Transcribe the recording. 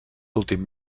últim